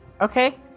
Okay